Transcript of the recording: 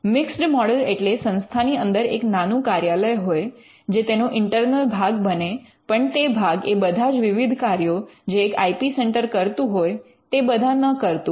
mixed model એટલે સંસ્થાની અંદર એક નાનું કાર્યાલય હોય જે તેનો ઇન્ટર્નલ ભાગ બને પણ તે ભાગ એ બધા જ વિવિધ કાર્યો જે એક આઇ પી સેન્ટર કરતું હોય તે બધા ન કરતું હોય